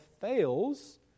fails